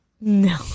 No